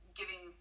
giving